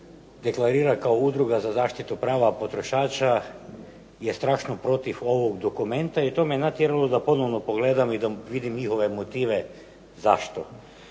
deklarira kao Udruga za zaštitu prava potrošača je strašno protiv ovog dokumenta i to me natjeralo da ponovno pogledam i da vidim njihove motive zašto?